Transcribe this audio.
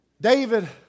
David